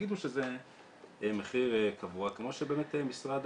יגידו שזה מחיר קבוע, כמו שבאמת משרד